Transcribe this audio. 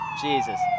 Jesus